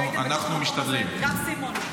שהייתם --- גם סימון.